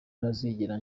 ntazigera